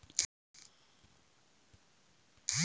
एक हेक्टेयर गन्ने की फसल के लिए कितनी खाद की आवश्यकता होगी?